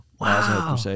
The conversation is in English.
wow